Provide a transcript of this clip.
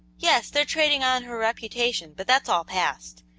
yes, they're trading on her reputation, but that's all past.